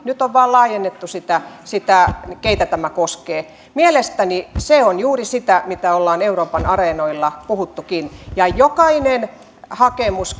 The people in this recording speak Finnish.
nyt on vain laajennettu sitä sitä keitä tämä koskee mielestäni se on juuri sitä mitä ollaan euroopan areenoilla puhuttukin jokainen hakemus